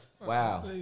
Wow